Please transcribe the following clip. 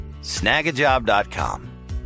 Snagajob.com